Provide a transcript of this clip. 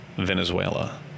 Venezuela